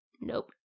Nope